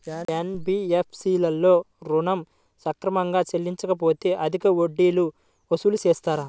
NBFC లలో ఋణం సక్రమంగా చెల్లించలేకపోతె అధిక వడ్డీలు వసూలు చేస్తారా?